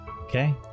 Okay